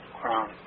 crown